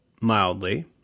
mildly